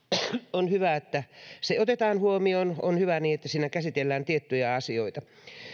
on hyvä että otetaan huomioon ja käsitellään tiettyjä asioita